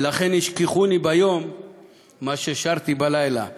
לכן "השכיחוני ביום מה ששרתי בלילה"